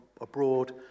abroad